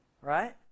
right